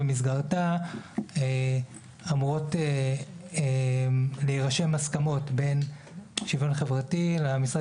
במסגרתה אמורות להירשם הסכמות בין השוויון החברתי למשרד